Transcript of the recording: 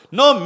no